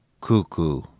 cuckoo